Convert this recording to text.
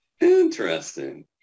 Interesting